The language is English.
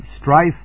strife